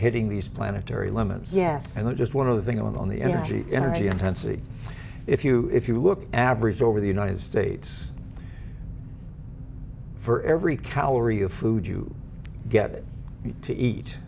hitting these planetary limits yes and then just one other thing on the energy energy intensity if you if you look average over the united states for every calorie of food you get it to eat